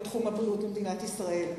בתחום הבריאות במדינת ישראל,